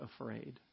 afraid